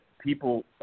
people